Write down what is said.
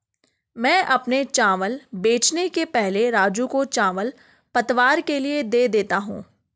मैं अपने चावल बेचने के पहले राजू को चावल पतवार के लिए दे देता हूं